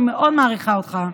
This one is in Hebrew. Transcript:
אני מאוד מעריכה אותך,